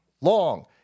long